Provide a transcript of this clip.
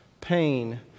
pain